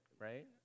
right